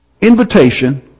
invitation